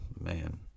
man